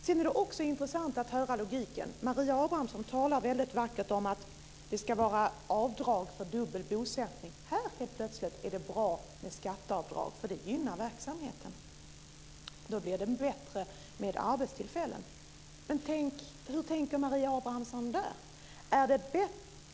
Det är också intressant att höra logiken när Marie Engström talar vackert om att det ska vara avdrag för dubbel bosättning. Här är det helt plötsligt bra med skatteavdrag, för det gynnar verksamheten. Då blir det fler arbetstillfällen. Men hur tänker Marie Engström då?